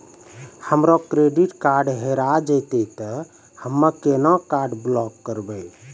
हमरो credit card हेरा जेतै ते हम्मय केना कार्ड ब्लॉक करबै?